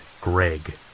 Greg